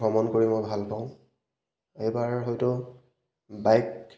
ভ্ৰমণ কৰি মই ভাল পাওঁ এইবাৰ হয়টো বাইক